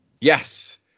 Yes